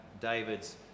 David's